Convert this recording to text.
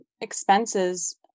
expenses